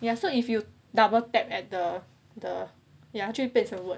ya so if you double tap at the the 它就会变成 work